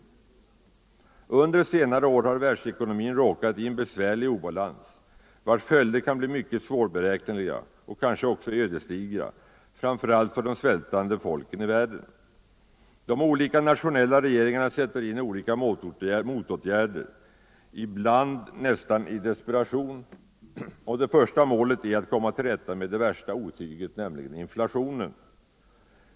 Under senare år har världsekonomin råkat i en besvärlig obalans vars följder kan bli mycket svårberäkneliga och kanske också ödesdigra, framför allt för de svältande folken i världen. De olika nationella regeringarna sätter in olika motåtgärder, ibland nästan i desperation, och det första målet är att komma till rätta med det värsta otyget, nämligen inflationen.